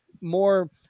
more